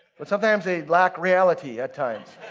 but sometimes they've lacked reality at times.